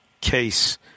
case